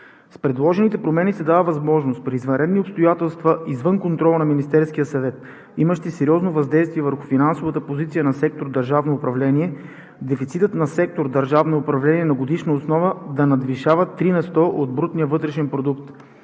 С предложените промени се дава възможност при извънредни обстоятелства извън контрола на Министерския съвет, имащи сериозно въздействие върху финансовата позиция на сектор „Държавно управление“, дефицитът на сектор „Държавно управление“ на годишна основа да надвишава 3 на сто от брутния вътрешен продукт.